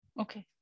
Okay